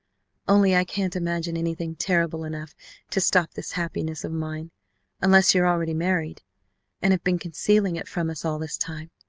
only i can't imagine anything terrible enough to stop this happiness of mine unless you're already married and have been concealing it from us all this time!